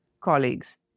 colleagues